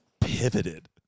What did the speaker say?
pivoted